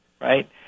Right